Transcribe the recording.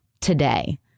today